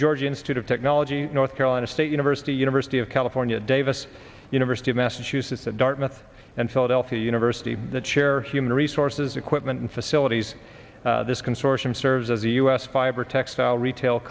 georgia institute of technology north carolina state university university of california davis university of massachusetts at dartmouth and philadelphia university the chair human resources equipment and facilities this consortium serves as the u s fiber textile retail